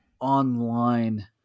online